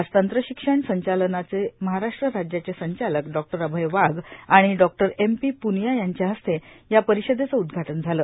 आज तंत्र शिक्षण संचालनाचे महाराष्ट्र राज्याचे संचालक डॉ अभय वाघ आर्माण डॉ एम पी पुर्गानया यांच्या हस्ते या पर्गरषदेचं उद्घाटन झालं